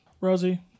Rosie